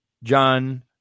John